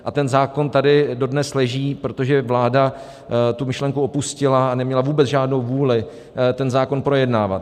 A ten zákon tady dodnes leží, protože vláda tu myšlenku opustila a neměla vůbec žádnou vůli ten zákon projednávat.